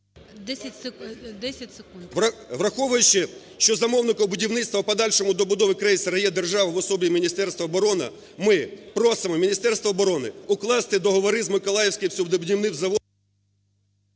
О.О. Враховуючи, що замовником будівництва, а в подальшому добудови крейсера, є держава в особі Міністерства оборони, ми просимо Міністерство оборони укласти договори з Миколаївським суднобудівним заводом…